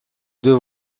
deux